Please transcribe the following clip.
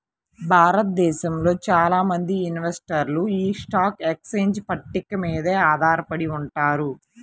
భారతదేశంలో చాలా మంది ఇన్వెస్టర్లు యీ స్టాక్ ఎక్స్చేంజ్ పట్టిక మీదనే ఆధారపడి ఉంటారు